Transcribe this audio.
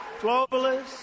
globalists